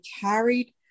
carried